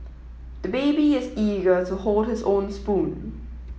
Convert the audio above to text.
the baby is eager to hold his own spoon